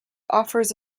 offers